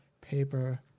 paper